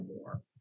more